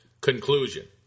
Conclusion